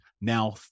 now